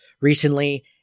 recently